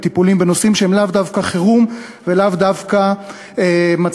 בטיפולים בנושאים שהם לאו דווקא חירום ולאו דווקא מצבים